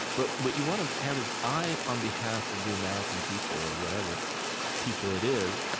but what you want to have is, i, on behalf of the american people, or whatever people it is,